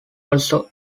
also